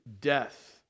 death